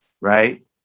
right